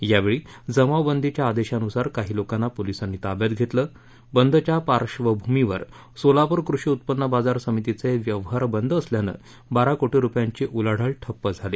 यावेळी जमावबद्दीच्या आदेशानुसार काही लोकात्ता पोलिसात्ती ताब्यात घेतल बिस्तिया पार्श्वभूमीवर सोलापूर कृषी उत्पन्न बाजार समितीचे व्यवहार बर्ध असल्यानशिरा कोशिरुपयाधी उलाढाल ठप्प झाली